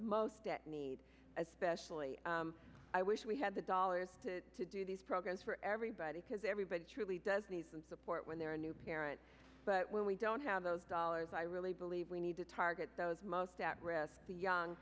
most at need especially i wish we had the dollars to do these programs for everybody because everybody really does need some support when they're a new parent but when we don't have those dollars i really believe we need to target those most at risk the young